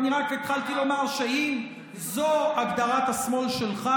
אני רק התחלתי לומר שאם זו הגדרת השמאל שלך,